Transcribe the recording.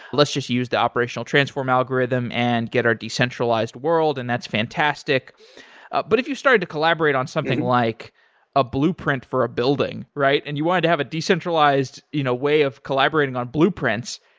let's just use the operational transform algorithm and get our decentralized world and that's fantastic ah but if you started to collaborate on something like a blueprint for a building and you wanted to have a decentralized you know way of collaborating on blueprints,